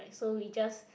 so we just